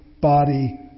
body